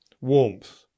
warmth